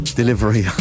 delivery